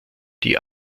die